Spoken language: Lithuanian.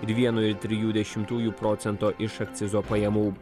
ir vieno ir trijų dešimtųjų procento iš akcizo pajamų